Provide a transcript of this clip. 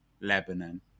Lebanon